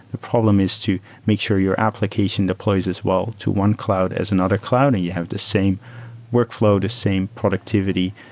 the problem is to make sure your application deploys as well to one cloud as another cloud and you have the same workfl ow, the same productivity,